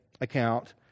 account